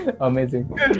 amazing